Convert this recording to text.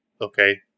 okay